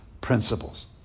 principles